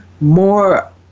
more